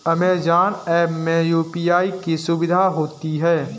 Amazon app में UPI की सुविधा होती है